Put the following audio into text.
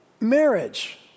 Marriage